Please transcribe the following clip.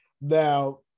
now